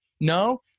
No